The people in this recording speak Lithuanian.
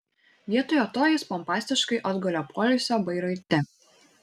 vietoje to jis pompastiškai atgulė poilsio bairoite